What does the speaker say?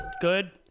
Good